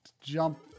jump